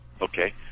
Okay